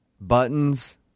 Buttons